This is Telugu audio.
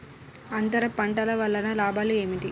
అంతర పంటల వలన లాభాలు ఏమిటి?